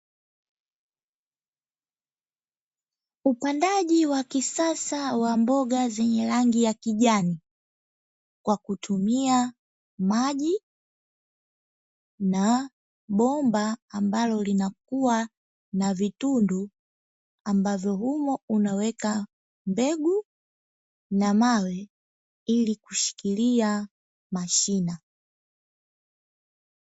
Upandaji wa kisasa wa mboga zenye rangi ya kijani, kwa kutumia maji na bomba ambalo linakuwa na vitundu ambavyo humo unaweka mbegu na mawe ili kushikilia mashina.